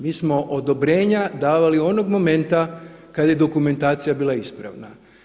Mi smo odobrenja davali onog momenta kada je dokumentacija bila ispravna.